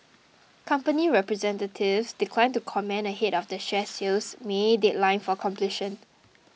company representatives declined to comment ahead of the share sale's may deadline for completion